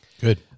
Good